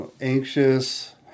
anxious